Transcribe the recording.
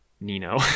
Nino